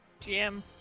GM